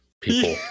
people